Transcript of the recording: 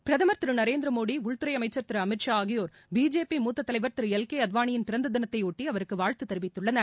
பிரதமர் திரு நரேந்திரமோடி உள்துறை அமைச்சர் திரு அமித் ஷா ஆகியோர் பிஜேபி மூத்த தலைவர் திரு எல் கே அத்வாளியின் பிறந்த தினத்தையொட்டி அவருக்கு வாழ்த்து தெரிவித்துள்ளனர்